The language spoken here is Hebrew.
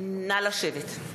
נא לשבת.